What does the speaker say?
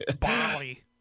Bali